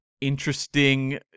interesting